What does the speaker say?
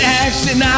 action